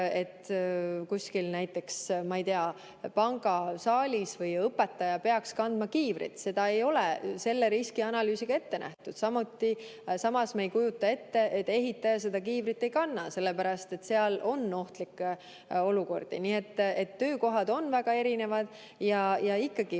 et kuskil pangasaalis töötades või õpetaja peaks kandma kiivrit. Seda ei ole riskianalüüsiga ette nähtud. Samas me ei kujuta ette, et ehitaja kiivrit ei kanna, sellepärast et seal on ohtlik olukord. Nii et töökohad on väga erinevad. Ja ikkagi ma